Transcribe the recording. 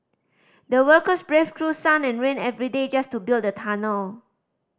the workers braved through sun and rain every day just to build the tunnel